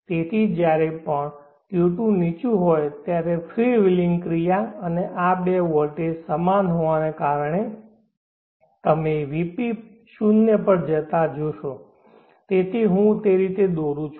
તેથી જ્યારે પણ Q2 નીચું હોય ત્યારે ફ્રી વ્હિલિંગ ક્રિયા અને આ બે વોલ્ટેજ સમાન હોવાને કારણે તમે Vp શૂન્ય પર જતા જોશો તેથી હું તે રીતે દોરું છું